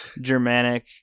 Germanic